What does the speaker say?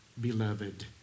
Beloved